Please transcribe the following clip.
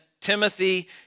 Timothy